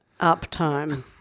Uptime